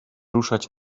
ruszać